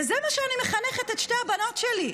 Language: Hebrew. וזה מה שאני מחנכת את שתי הבנות שלי.